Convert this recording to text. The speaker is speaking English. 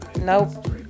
nope